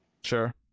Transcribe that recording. Sure